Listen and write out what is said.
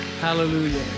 Hallelujah